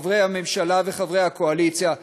חברי הממשלה וחברי הקואליציה,